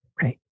Right